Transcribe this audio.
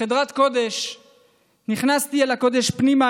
בחרדת קודש נכנסתי אל הקודש פנימה,